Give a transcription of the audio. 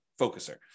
focuser